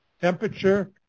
temperature